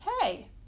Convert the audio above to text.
Hey